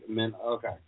okay